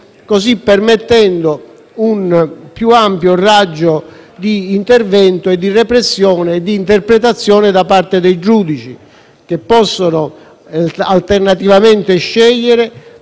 così permettendo un più ampio raggio di intervento e di repressione e di interpretazione da parte dei giudici, che possono alternativamente scegliere